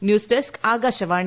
news desk Akashvani